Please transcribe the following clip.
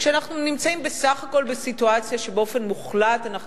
כשאנחנו נמצאים בסך הכול בסיטואציה שבאופן מוחלט אנחנו